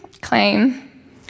claim